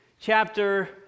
chapter